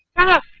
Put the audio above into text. hello.